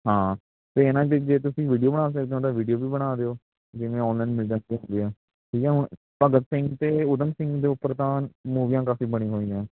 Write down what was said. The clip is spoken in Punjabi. ਹਾਂ ਅਤੇ ਇਹਨਾਂ 'ਤੇ ਜੇ ਤੁਸੀਂ ਵੀਡੀਓ ਬਣਾ ਸਕਦੇ ਓਂ ਤਾਂ ਵੀਡੀਓ ਵੀ ਬਣਾ ਦਿਓ ਜਿਵੇਂ ਓਨਲਾਈਨ ਮਿਲ ਜਾਂਦੀਆਂ ਹੁੰਦੀਆਂ ਠੀਕ ਆ ਹੁਣ ਭਗਤ ਸਿੰਘ ਅਤੇ ਊਧਮ ਸਿੰਘ ਦੇ ਉੱਪਰ ਤਾਂ ਮੂਵੀਆਂ ਕਾਫੀ ਬਣੀ ਹੋਈਆਂ